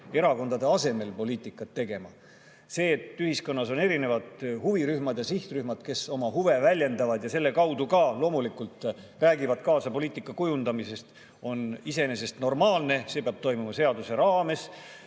erakondade asemel poliitikat tegema. See, et ühiskonnas on erinevad huvirühmad ja sihtrühmad, kes oma huve väljendavad ja selle kaudu ka loomulikult räägivad kaasa poliitika kujundamises, on iseenesest normaalne, aga see peab toimuma seaduse raames